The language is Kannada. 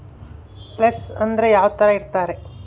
ಪ್ಲೇಸ್ ಅಂದ್ರೆ ಯಾವ್ತರ ಇರ್ತಾರೆ?